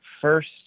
first